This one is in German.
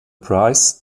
price